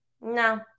no